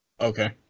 Okay